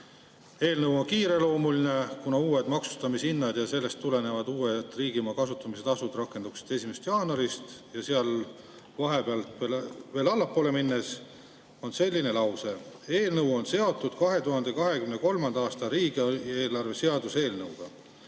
eelnõu on kiireloomuline, kuna uued maksustamishinnad ja sellest tulenevad uued riigimaa kasutamise tasud rakenduksid 1. jaanuarist. Veel allapoole minnes on selline lause, et eelnõu on seotud 2023. aasta riigieelarve seaduse eelnõuga.